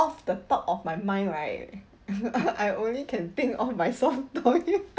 off the top of my mind right I only can think of my soft toy